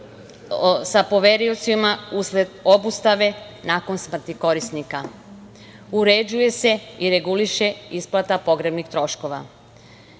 sa poveriocima usled obustave nakon smrti korisnika. Uređuje se i reguliše isplata pogrebnih